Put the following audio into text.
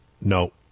No